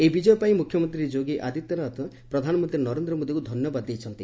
ଏହି ବିଜୟ ପାଇଁ ମୁଖ୍ୟମନ୍ତ୍ରୀ ଯୋଗୀ ଆଦିତ୍ୟନାଥ ପ୍ରଧାନମନ୍ତ୍ରୀ ନରେନ୍ଦ୍ର ମୋଦିଙ୍କୁ ଧନ୍ୟବାଦ ଦେଇଛନ୍ତି